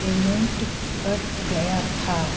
payment cut गया था